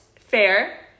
fair